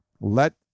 let